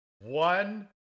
One